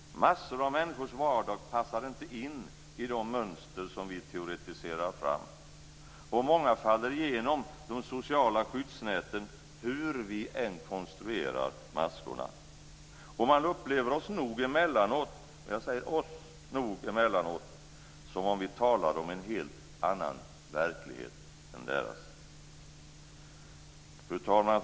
Massor av människors vardag passar inte in i de mönster som vi teoretiserar fram, och många faller genom de sociala skyddsnäten hur vi än konstruerar maskorna. Och de upplever oss nog emellanåt som om vi talade om en helt annan verklighet än deras. Fru talman!